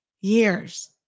years